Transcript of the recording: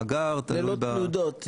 במאגר, תלוי בלקוח- - ללא תנודות.